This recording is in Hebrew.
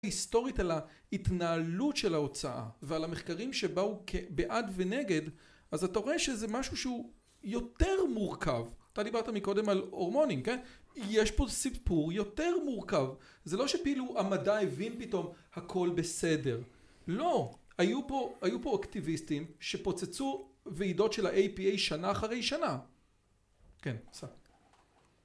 היסטורית על ההתנהלות של ההוצאה ועל המחקרים שבאו בעד ונגד אז אתה רואה שזה משהו שהוא יותר מורכב אתה דיברת מקודם על הורמונים יש פה סיפור יותר מורכב זה לא שכאילו המדע הבין פתאום הכל בסדר לא היו פה היו פה אקטיביסטים שפוצצו ועידות של הAPA שנה אחרי שנה - כן